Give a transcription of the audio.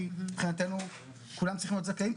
כי מבחינתנו כולם צריכים להיות זכאים,